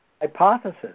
hypothesis